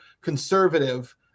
conservative